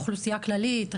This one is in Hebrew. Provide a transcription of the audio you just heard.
אוכלוסייה כללית,